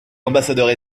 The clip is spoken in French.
ambassadeurs